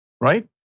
Right